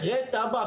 אחרי תב"ע,